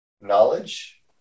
knowledge